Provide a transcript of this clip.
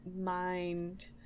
mind